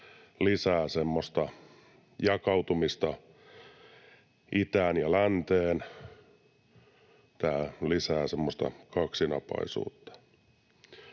lisää semmoista jakautumista itään ja länteen, tämä lisää semmoista kaksinapaisuutta.